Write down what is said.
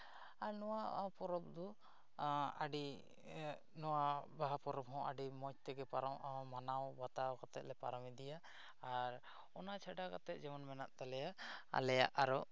ᱟᱨ ᱱᱚᱣᱟ ᱯᱚᱨᱚᱵᱽ ᱫᱚ ᱟᱹᱰᱤ ᱱᱚᱣᱟ ᱵᱟᱦᱟ ᱯᱚᱨᱚᱵᱽ ᱦᱚᱸ ᱟᱹᱰᱤ ᱢᱚᱡᱽ ᱛᱮᱜᱮ ᱯᱟᱨᱚᱢᱚᱜᱼᱟ ᱢᱟᱱᱟᱣ ᱵᱟᱛᱟᱣ ᱠᱟᱛᱮᱫ ᱞᱮ ᱯᱟᱨᱚᱢ ᱤᱫᱤᱭᱟ ᱟᱨ ᱚᱱᱟ ᱪᱷᱟᱰᱟ ᱠᱟᱛᱮᱫ ᱡᱮᱢᱚᱱ ᱢᱮᱱᱟᱜ ᱛᱟᱞᱮᱭᱟ ᱟᱞᱮᱭᱟᱜ ᱟᱨᱚ